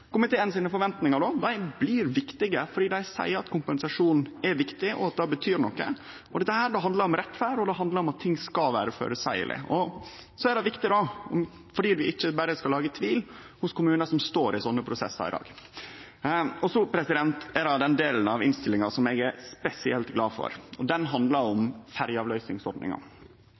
blir viktige, fordi dei seier at kompensasjon er viktig, og at det betyr noko. Det handlar om rettferd, og det handlar om at ting skal vere føreseielege. Det er viktig, fordi vi ikkje berre skal lage tvil hos kommunar som står i slike prosessar i dag. Så er det den delen av innstillinga som eg er spesielt glad for. Den handlar om ferjeavløysingsordninga.